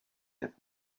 have